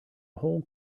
whole